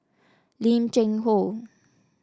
Lim Cheng Hoe